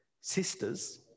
sisters